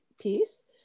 piece